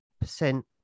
percent